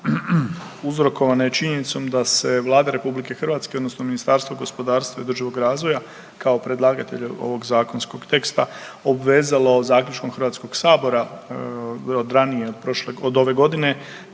uzrokovana je činjenicom da se Vlada RH odnosno Ministarstvo gospodarstva i održivog razvoja kao predlagatelja ovog zakonskog teksta obvezalo zaključkom Hrvatskog sabora od ranije,